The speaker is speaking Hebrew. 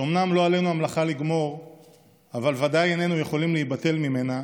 שאומנם לא עלינו המלאכה לגמור אבל ודאי איננו יכולים להיבטל ממנה,